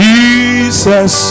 Jesus